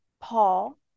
Paul